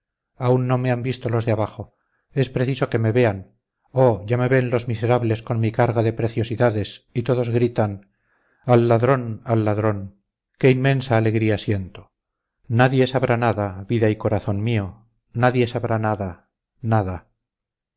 aún no me han visto los de abajo es preciso que me vean oh ya me ven los miserables con mi carga de preciosidades y todos gritan al ladrón al ladrón qué inmensa alegría siento nadie sabrá nada vida y corazón mío nadie sabrá nada nada